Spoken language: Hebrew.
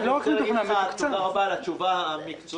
אני רוצה להגיד לך תודה רבה על התשובה המקצועית.